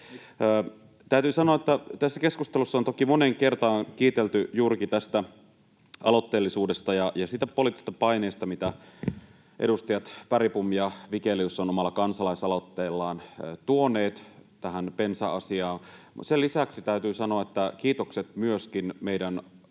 Täytyy sanoa, että tässä keskustelussa on toki moneen kertaan kiitelty juurikin tästä aloitteellisuudesta ja siitä poliittisesta paineesta, mitä edustajat Bergbom ja Vigelius ovat omalla kansalaisaloitteellaan tuoneet tähän bensa-asiaan. Mutta sen lisäksi täytyy sanoa kiitokset myöskin meidän